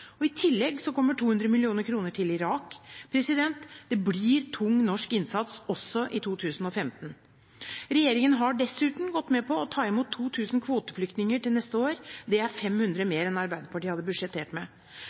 Syria. I tillegg kommer 200 mill. kr til Irak. Det blir tung norsk innsats også i 2015. Regjeringen har dessuten gått med på å ta imot 2 000 kvoteflyktninger til neste år. Det er 500 mer enn Arbeiderpartiet hadde budsjettert med.